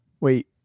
Wait